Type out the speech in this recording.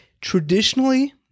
Traditionally